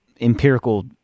empirical